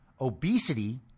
obesity